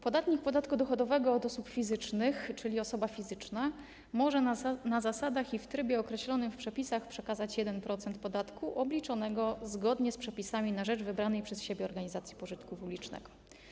Podatnik podatku dochodowego od osób fizycznych, czyli osoba fizyczna, może na zasadach i w trybie określonych w przepisach przekazać 1% podatku obliczonego zgodnie z przepisami na rzecz wybranej przez siebie organizacji pożytku publicznego.